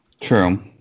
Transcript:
True